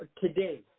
today